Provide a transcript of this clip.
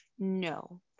No